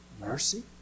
mercy